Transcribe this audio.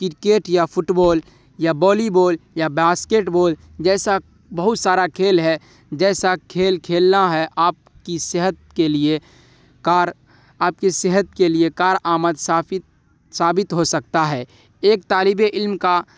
cricket یا football یا volleyball یا باسکیٹ بال جیسا بہت سارا کھیل ہے جیسا کھیل کھیلنا ہے آپ کی صحت کے لیے کار آپ کے صحت کے لیے کارآمد ثابت ثابت ہو سکتا ہے ایک طالب علم کا